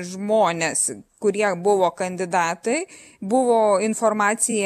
žmones kurie buvo kandidatai buvo informacija